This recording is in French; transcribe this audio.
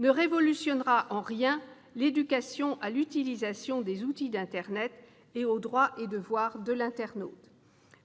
ne révolutionnera en rien l'éducation à l'utilisation des outils d'internet et aux droits et devoirs de l'internaute.